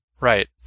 Right